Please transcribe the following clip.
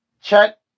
Check